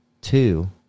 Two